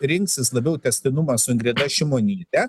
rinksis labiau tęstinumą su ingrida šimonyte